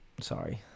Sorry